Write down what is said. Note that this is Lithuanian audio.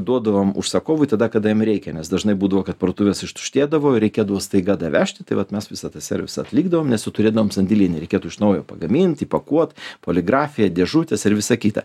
duodavom užsakovui tada kada jam reikia nes dažnai būdavo kad parduotuvės ištuštėdavo reikėdavo staiga davežti tai vat mes visą tą servisą atlikdavom nes jų turėdavom sandėly nereikėtų iš naujo pagamint įpakuot poligrafija dėžutės ir visa kita